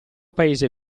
paese